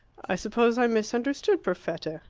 i suppose i misunderstood perfetta.